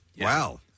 Wow